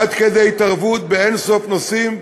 עד כדי התערבות באין-סוף נושאים.